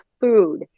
food